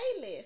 playlist